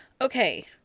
Okay